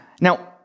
Now